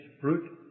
fruit